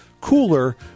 cooler